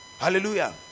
Hallelujah